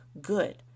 good